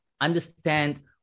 understand